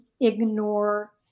ignore